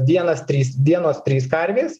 vienas trys vienos trys karvės